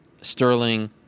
sterling